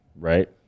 right